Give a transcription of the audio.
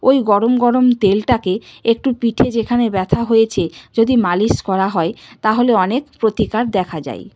ওই গরম গরম তেলটাকে একটু পিঠে যেখানে ব্যথা হয়েছে যদি মালিশ করা হয় তাহলে অনেক প্রতিকার দেখা যাই